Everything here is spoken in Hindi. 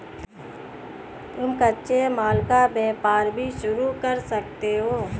तुम कच्चे माल का व्यापार भी शुरू कर सकते हो